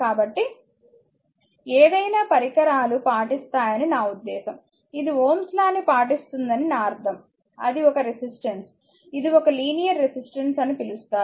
కాబట్టి ఏదైనా పరికరాలు పాటిస్తాయని నా ఉద్దేశ్యం ఇది Ω's లాΩ's lawని పాటిస్తుందని నా అర్థం అది ఒక రెసిస్టెన్స్ ఇది ఒక లినియర్ రెసిస్టెన్స్ అని పిలుస్తారు